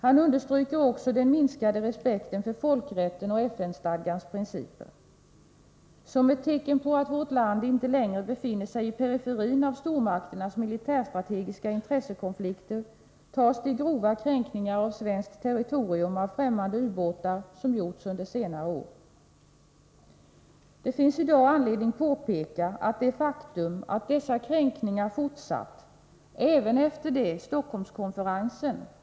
Han understryker också den minskade respekten för folkrätten och FN-stadgans principer. Som ett tecken på att vårt land inte längre befinner sig i periferin av stormakternas militärstrategiska intressekonflikter tas de grova kränkningarna av svenskt territorium av främmande ubåtar som gjorts under senare år. Det finns i dag anledning att peka på det faktum att dessa kränkningar har fortsatt även efter det att Stockholmskonferensen har påbörjats.